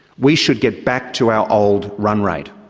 we should get back to our old run rate.